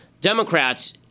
Democrats—